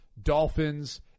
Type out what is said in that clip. Dolphins